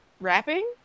rapping